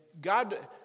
God